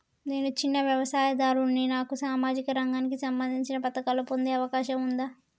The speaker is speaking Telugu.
నేను చిన్న వ్యవసాయదారుడిని నాకు సామాజిక రంగానికి సంబంధించిన పథకాలు పొందే అవకాశం ఉందా?